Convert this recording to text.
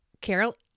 Carol